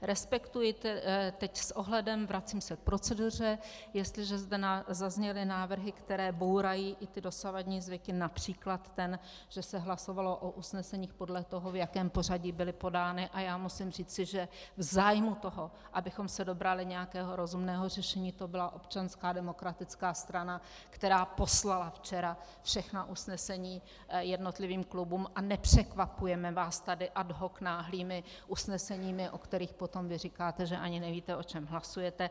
Respektuji teď s ohledem, vracím se k proceduře, jestliže zde zazněly návrhy, které bourají i ty dosavadní zvyky, například ten, že se hlasovalo o usneseních podle toho, v jakém pořadí byly podány, a já musím říci, že v zájmu toho, abychom se dobrali nějakého rozumného řešení, to byla Občanská demokratická strana, která poslala včera všechna usnesení jednotlivým klubům, a nepřekvapujeme vás tady ad hoc náhlými usneseními, o kterých potom vy říkáte, že ani nevíte, o čem hlasujete.